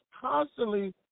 constantly